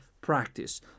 practice